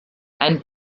and